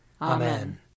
Amen